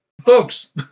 folks